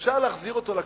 שאפשר להחזיר אותו לכנסת,